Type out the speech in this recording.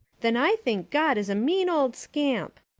then i think god is a mean old scamp,